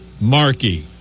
Markey